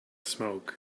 smoke